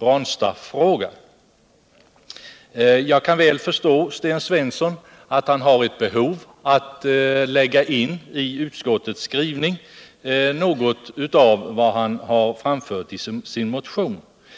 Ranstadsfrågan. Jag kan förstå att Sten Svensson har ett behov av att i utskottets skrivning lägga in något av vad han har framfört i sin motion.